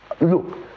Look